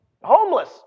homeless